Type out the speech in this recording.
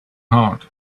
hard